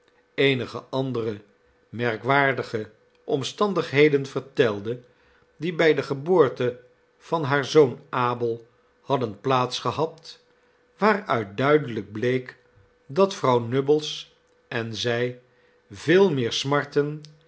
eenige andere merkwaardige omstandigheden vertelde die bij de geboorte van haar zoon abel hadden plaats gehad waaruit duidelijk bleek dat vrouw nubbles en zij veel meer smarten